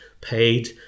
paid